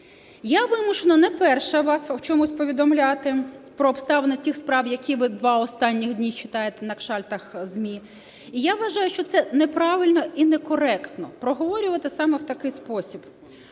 Я вимушена не перша вас в чомусь повідомляти, про обставини тих справ, які ви два останніх дні читаєте на шпальтах ЗМІ. І я вважаю, що це неправильно і некоректно проговорювати саме в такий спосіб.